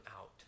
out